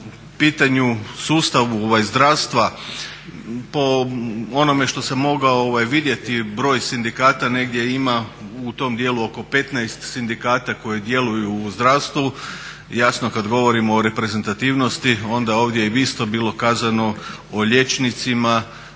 u pitanju sustava zdravstva po onome što sam mogao vidjeti broj sindikata negdje ima u tom dijelu oko 15 sindikata koji djeluju u zdravstvu. Jasno, kad govorimo o reprezentativnosti onda ovdje je isto bilo kazano o liječnicima